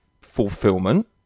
fulfillment